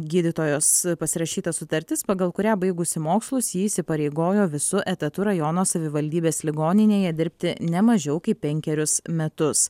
gydytojos pasirašyta sutartis pagal kurią baigusi mokslus ji įsipareigojo visu etatu rajono savivaldybės ligoninėje dirbti ne mažiau kaip penkerius metus